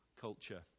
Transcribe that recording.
culture